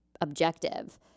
objective